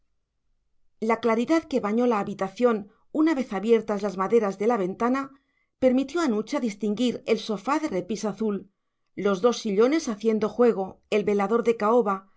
la claridad que bañó la habitación una vez abiertas las maderas de la ventana permitió a nucha distinguir al fin el sofá de repis azul los dos sillones haciendo juego el velador de caoba